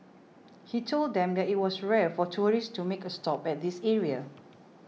he told them that it was rare for tourists to make a stop at this area